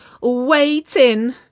waiting